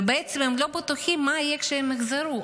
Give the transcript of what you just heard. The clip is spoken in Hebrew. ובעצם הם לא בטוחים מה יהיה כשהם יחזרו.